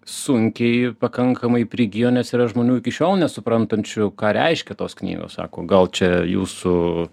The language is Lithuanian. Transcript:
sunkiai pakankamai prigijo nes yra žmonių iki šiol nesuprantančių ką reiškia tos knygos sako gal čia jūsų